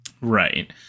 right